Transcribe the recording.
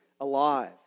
alive